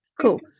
Cool